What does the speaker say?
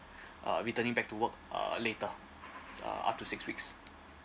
uh returning back to work uh later uh up to six weeks